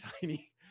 tiny